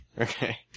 Okay